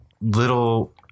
little